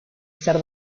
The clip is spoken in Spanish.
ser